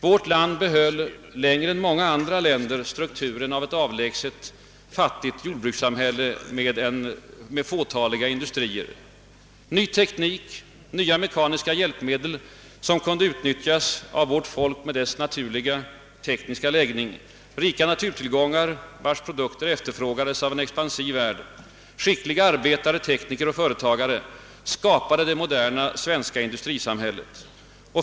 Vårt land behöll längre än många andra länder strukturen av ett avlägset, fattigt jordbrukssamhälle med fåtaliga industrier. Ny teknik, nya mekaniska hjälpmedel som kunde utnyttjas av vårt folk med dess naturliga tekniska läggning, rika naturtillgångar, vilkas produkter efterfrågades av en expansiv värld, skickliga arbetare, tekniker och företagare skapade det moderna svenska industrisamhället.